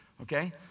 okay